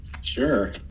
Sure